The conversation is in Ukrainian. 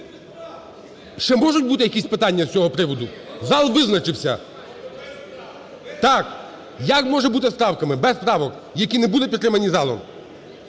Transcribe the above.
Ще можуть бути якісь питання з цього приводу? Зал визначився. (Шум у залі) Так. Як може бути з правками… без правок, які не були підтримані залом?